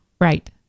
Right